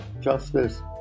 justice